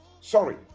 Sorry